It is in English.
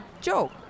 joke